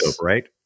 right